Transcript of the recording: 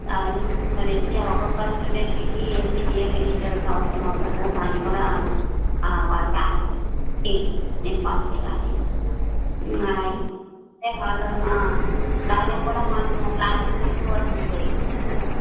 అవన్నీ తీసుకొని ఒక్కొక్క స్టూడెంట్కి ఎన్ని ఏ మెటీరియల్స్ అవసరం అవుతుందో దాన్ని కూడా వాళ్ళ పేరెంట్స్కి ఇన్ఫామ్ చేయాలి అలా వాళ్ళు దాన్ని కూడా మనము క్లాసెస్ తీసుకోవాల్సిందే